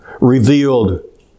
revealed